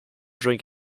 drink